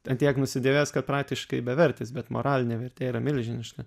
ant tiek nusidėvėjęs kad praktiškai bevertis bet moralinė vertė yra milžiniška